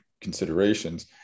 considerations